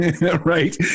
right